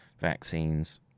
vaccines